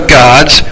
gods